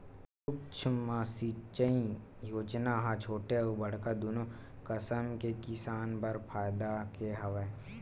सुक्ष्म सिंचई योजना ह छोटे अउ बड़का दुनो कसम के किसान बर फायदा के हवय